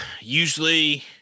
Usually